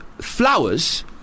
flowers